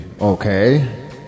okay